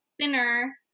thinner